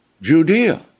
Judea